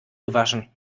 gewaschen